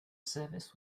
service